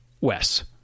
Wes